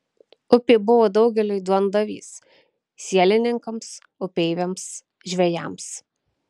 upė buvo daugeliui duondavys sielininkams upeiviams žvejams